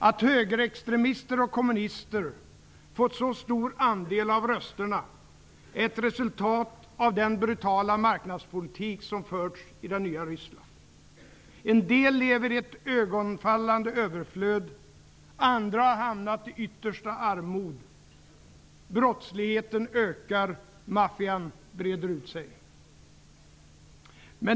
Att högerextremister och kommunister fått så stor andel av rösterna är ett resultat av den brutala marknadspolitik som förts i det nya Ryssland. En del lever i ett iögonfallande överflöd. Andra har hamnat i yttersta armod. Brottsligheten ökar. Maffian breder ut sig.